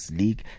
league